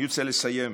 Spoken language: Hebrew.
אני רוצה לסיים.